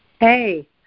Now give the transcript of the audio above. hey